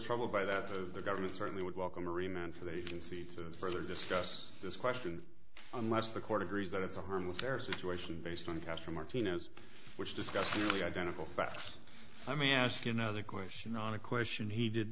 troubled by that the government certainly would welcome a reman to the agency to further discuss this question unless the court agrees that it's on with their situation based on caster martinez which discussed the identical facts i me ask another question on a question he did